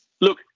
look